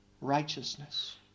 righteousness